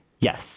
Yes